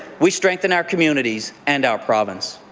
we strengthen our communities and our province.